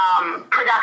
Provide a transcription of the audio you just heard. production